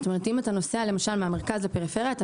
זאת אומרת: אם אתה נוסע מהמרכז לפריפריה למשל,